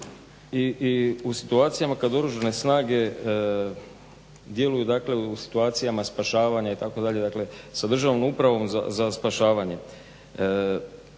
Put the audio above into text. i u situacijama kada Oružane snage djeluju, dakle u situacijama spašavanja itd. Dakle sa Državnom upravom za spašavanje.